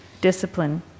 discipline